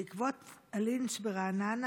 בעקבות הלינץ' ברעננה,